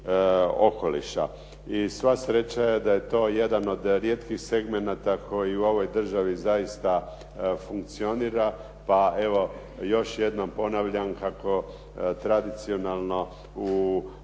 I sva sreća je da je to jedan od rijetkih segmenata koji u ovoj državi zaista funkcionira, pa evo još jednom ponavljam kakao tradicionalno u procjeni